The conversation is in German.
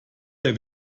der